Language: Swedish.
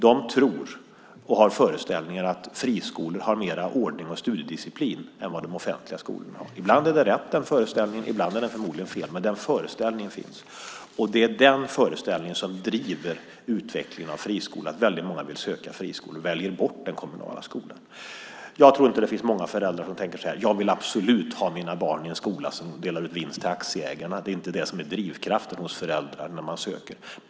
De tror och har föreställningen att friskolor har mer ordning och studiedisciplin än den offentliga skolan. Ibland är den föreställningen rätt, ibland är den förmodligen fel, men den finns. Det är den föreställningen som driver utvecklingen av friskolorna, alltså att många vill söka till friskolorna och väljer bort den kommunala skolan. Jag tror inte att det finns många föräldrar som tänker att de absolut vill ha sina barn i en skola som delar ut vinst till aktieägarna. Det är inte det som är drivkraften hos föräldrarna när de söker.